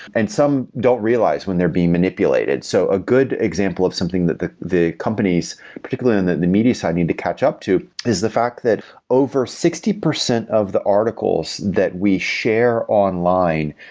and some don't realize when they're being manipulated so a good example of something that the the companies, particularly and in the media side need to catch up to is the fact that over sixty percent of the articles that we share online,